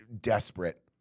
desperate